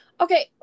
Okay